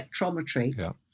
spectrometry